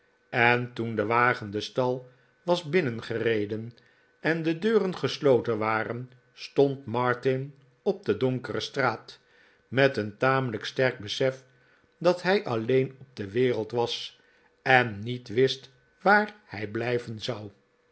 en toen de wagen den stal was binnengereden en de deuren gesloten waren stond martin op de donkere straat met een tamelijk sterk besef dat hij alleen op de wereld was en niet wist waar hij blijven zou